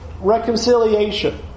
Reconciliation